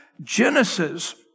Genesis